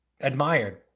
Admired